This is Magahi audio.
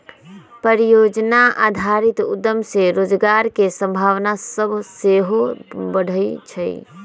परिजोजना आधारित उद्यम से रोजगार के संभावना सभ सेहो बढ़इ छइ